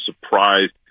surprised